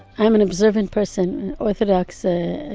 i'm an observant person, orthodox ah